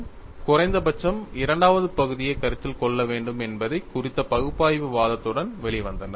Subramanian and Leibovitz குறைந்தபட்சம் இரண்டாவது பகுதியைக் கருத்தில் கொள்ள வேண்டும் என்பது குறித்த பகுப்பாய்வு வாதத்துடன் வெளிவந்தனர்